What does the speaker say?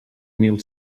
mil